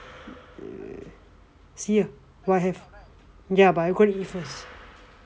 see what I have ya but I could eat first